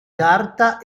carta